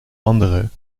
andere